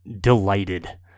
delighted